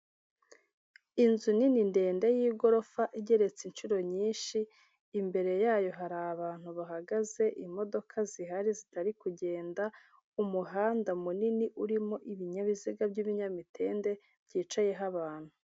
Inzu nini ndende y'igorofa, igeretse inshuro nyinshi, imbere yayo hari abantu bahagaze, imodoka zihari zitari kugenda, umuhanda munini urimo ibinyabiziga by'ibinyamitende, byicayeho abantu.